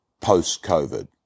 post-COVID